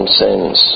sins